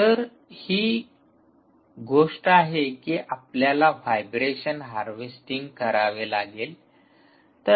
तर ही गोष्ट आहे की आपल्याला व्हायब्रेशन हार्वेस्टिंग करावे लागेल